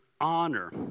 honor